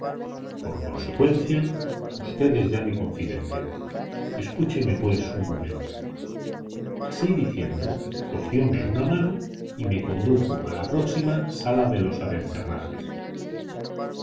por consecuencia usted es ya mi confidente escúcheme pues un momento así diciendo cogióme una mano y me condujo a la próxima sala de los abencerrajes